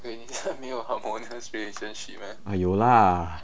啊有啦